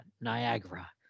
Niagara